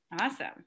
Awesome